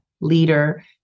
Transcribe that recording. leader